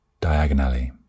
Diagonally